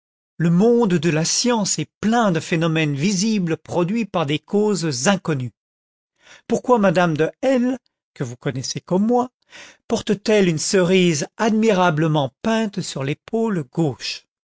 le monde de la science est plein de phénomènes visibles produits par des causes inconnues pourquoi madame de l que vous connaissez comme moi porte-t-elle une cerise admirablement peinte sur l'épaule gauche